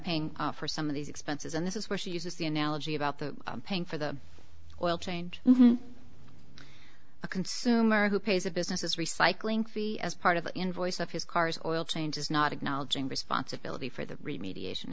paying for some of these expenses and this is where she uses the analogy about the paying for the oil change a consumer who pays a business recycling fee as part of an invoice of his car's oil changes not acknowledging responsibility for the read mediation